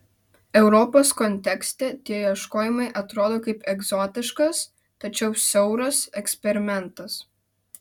europos kontekste tie ieškojimai atrodo kaip egzotiškas tačiau siauras eksperimentas